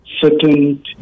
certain